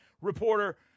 reporter